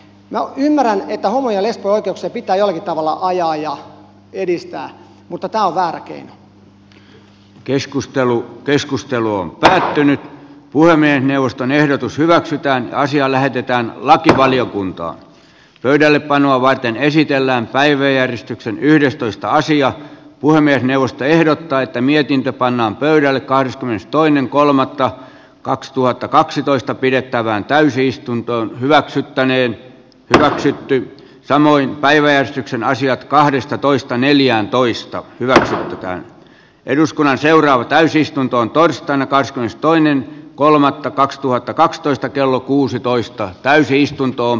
minä ymmärrän että homojen ja lesbojen oikeuksia pitää jollakin tavalla ajaa ja edistää mutta tämä on pysähtynyt puhelimeen jaoston ehdotus hyväksytään asia lähetetään lakivaliokuntaan pöydällepanoa varten esitellään päiväjärjestyksen yhdestoista sija puhemiesneuvosto ehdottaa että mietintö pannaan pöydälle kahdeskymmenestoinen kolmannetta kaksituhattakaksitoista pidettävään täysistuntoon hyväksyttäneen ja syttyy samoin päiväystyksenä osia kahdestatoista neljääntoista hyväksyttykään eduskunnan seuraava täysistuntoon torstaina kahdeskymmenestoinen kolmannetta kaksituhattakaksitoista kello väärä keino